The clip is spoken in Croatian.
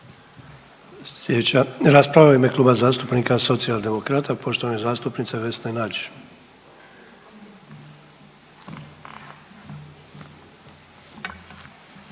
Sljedeća rasprava u ime Kluba zastupnika Socijaldemokrata, poštovanog zastupnika Željka Pavića.